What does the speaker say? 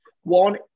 One